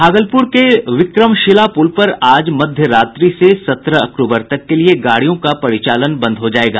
भागलपुर के विक्रमशिला पुल पर आज मध्य रात्रि से सत्रह अक्टूबर तक के लिए गाड़ियों का परिचालन बंद हो जाएगा